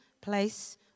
place